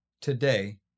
Today